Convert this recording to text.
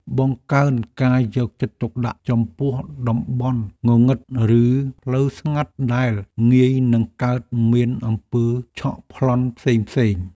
បង្កើនការយកចិត្តទុកដាក់ចំពោះតំបន់ងងឹត ឬផ្លូវស្ងាត់ដែលងាយនឹងកើតមានអំពើឆក់ប្លន់ផ្សេងៗ។